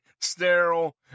sterile